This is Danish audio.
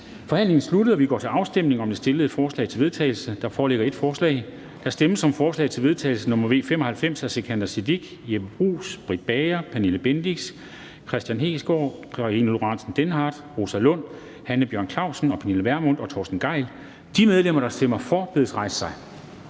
Forhandlingen er sluttet, og vi går til afstemning om det fremsatte forslag til vedtagelse. Der foreligger et forslag. Der stemmes om forslag til vedtagelse nr. V 95 af Sikandar Siddique (UFG), Jeppe Bruus (S), Britt Bager (V), Pernille Bendixen (DF), Kristian Hegaard (RV), Karina Lorentzen Dehnhardt (SF), Rosa Lund (EL), Hanne Bjørn-Klausen (KF), Pernille Vermund (NB) og Torsten Gejl (ALT). De medlemmer, der stemmer for, bedes rejse sig.